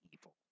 evil